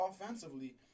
offensively